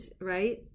right